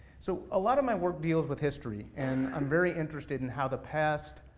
so a lot of my work deals with history, and i'm very interested in how the past,